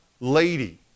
lady